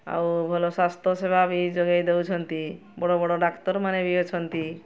ଆଉ ଭଲ ସ୍ୱାସ୍ଥ୍ୟସେବା ବି ଯୋଗାଇ ଦଉଛନ୍ତି ବଡ଼ ବଡ଼ ଡାକ୍ତରମାନେ ବି ଅଛନ୍ତି